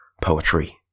Poetry